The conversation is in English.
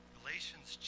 Galatians